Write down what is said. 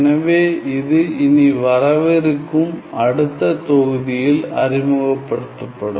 எனவே இது இனி வரவிருக்கும் அடுத்த தொகுதியில் அறிமுகப்படுத்தப்படும்